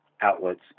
outlets